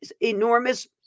enormous